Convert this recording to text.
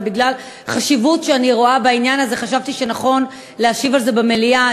אבל בגלל החשיבות שאני רואה בעניין הזה חשבתי שנכון להשיב על זה במליאה.